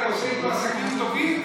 היית עושה איתו עסקים טובים,